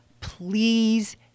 please